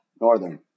northern